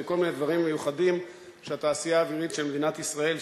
זה כל מיני דברים מיוחדים שהתעשייה האווירית של מדינת ישראל,